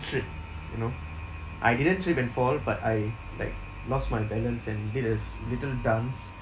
trip you know I didn't trip and fall but I like lost my balance and did a s~ little dance